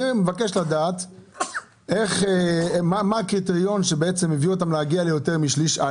אני מבקש ראשית לדעת מה הקריטריון שהביא אותם ליותר משליש.